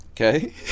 Okay